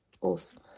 Awesome